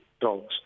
dogs